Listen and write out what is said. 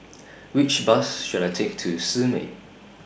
Which Bus should I Take to Simei